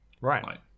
Right